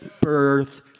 birth